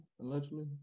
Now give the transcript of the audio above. allegedly